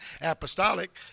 apostolic